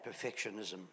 perfectionism